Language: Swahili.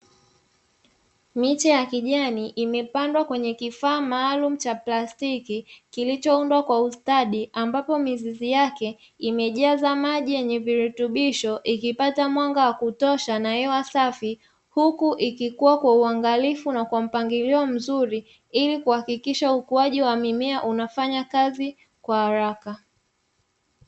Miche ya kijani imepandwa kwenye kifaa maalumu cha plastiki kilichoundwa kwa ustadi, ambapo mizizi yake imejaza maji yenye virutubisho ikipata mwanga wa kutosha na hewa safi, huku ikikua kwa uangalifu na kwa mpangilio mzuri ili kuhakikisha ukuaji wa mimea unafanya kazi kwa haraka.